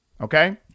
okay